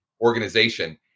organization